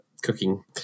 cooking